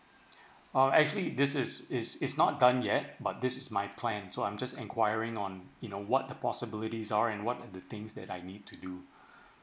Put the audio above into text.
oh actually this is is is not done yet but this is my plan so I'm just inquiring on you know what the possibilities are and what are the things that I need to do